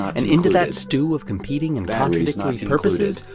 and into that stew of competing and contradictory purposes,